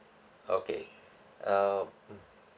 okay uh mm